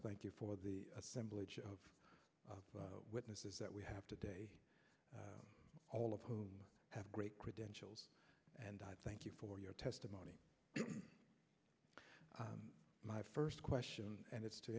thank you for the assemblage of witnesses that we have today all of whom have great credentials and i thank you for your testimony my first question and it's to